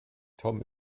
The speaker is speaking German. tom